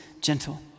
gentle